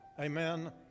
Amen